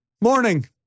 morning